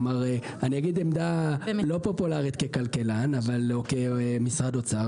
אני אגיד עמדה לא פופולרית ככלכלן או כמשרד אוצר,